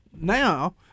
now